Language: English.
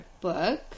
book